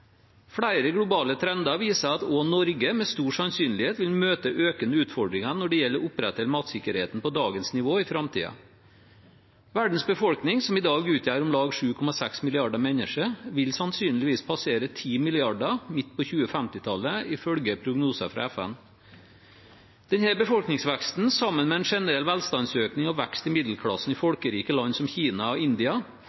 Flere globale trender viser at også Norge med stor sannsynlighet vil møte økende utfordringer når det gjelder å opprettholde matsikkerheten på dagens nivå i framtiden. Verdens befolkning, som i dag utgjør om lag 7,6 milliarder mennesker, vil sannsynligvis passere 10 milliarder midt på 2050-tallet, ifølge prognoser fra FN. Denne befolkningsveksten – sammen med en generell velstandsøkning og vekst i middelklassen i